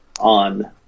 on